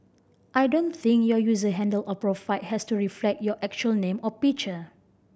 I don't think your user handle or profile has to reflect your actual name or picture